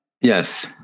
Yes